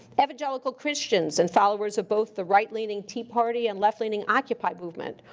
evangelical christians and followers of both the right-leaning tea party and left-leaning occupy movement,